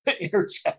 interject